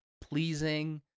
pleasing